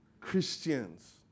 Christians